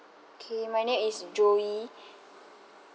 K my name is joey